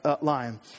line